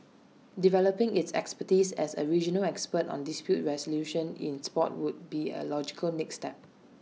developing its expertise as A regional expert on dispute resolution in Sport would be A logical next step